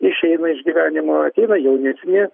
išeina iš gyvenimo ateina jaunesni